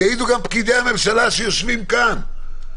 ויעידו גם פקידי הממשלה שיושבים כאן.